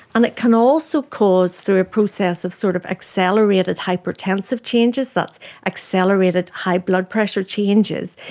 and it can also cause, through a process of sort of accelerated hypertensive changes, that's accelerated high blood pressure changes,